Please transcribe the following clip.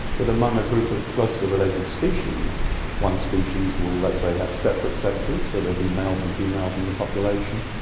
among a group of closely related species one species will, let's say, have separate sexes, so there will be males and females in the population,